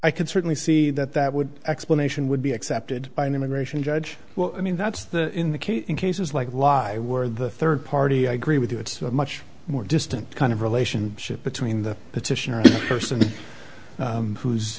i could certainly see that that would explanation would be accepted by an immigration judge well i mean that's the in the case in cases like live where the third party agree with you it's a much more distant kind of relationship between the petitioner a person who's